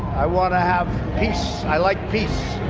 i want to have peace. i like peace.